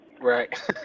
right